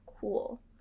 cool